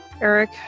Eric